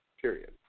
period